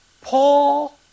Paul